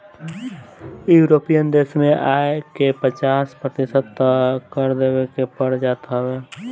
यूरोपीय देस में आय के पचास प्रतिशत तअ कर देवे के पड़ जात हवे